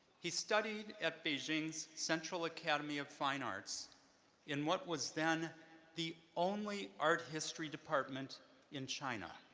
he studied at beijing's central academy of fine arts in what was then the only art history department in china.